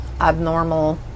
abnormal